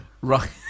Right